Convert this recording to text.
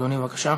אדוני, בבקשה.